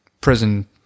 prison